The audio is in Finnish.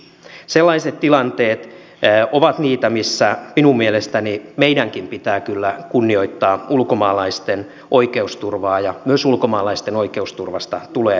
sellaiset tilanteet ovat niitä missä minun mielestäni meidänkin pitää kyllä kunnioittaa ulkomaalaisten oikeusturvaa ja myös ulkomaalaisten oikeusturvasta tulee huolehtia